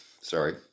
sorry